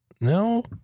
No